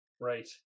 right